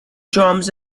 drums